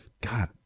God